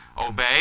obey